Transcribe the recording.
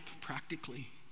practically